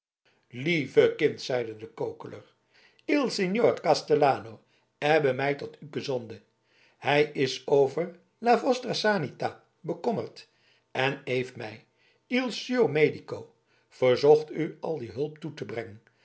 lieve kind zeide de kokeler il signor castellano ebbe mij tot u gezonde hij is over la vostra sanità bekommerd en eef mij il suo medico verzocht u al die hulp toe te breng